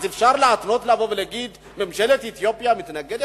אז אפשר להתנות, ולהגיד שממשלת אתיופיה מתנגדת?